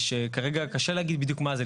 שכרגע קשה להגיד בדיוק מה זה.